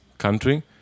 country